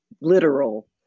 Literal